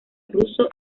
ruso